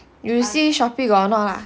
you see Shopee got or not lah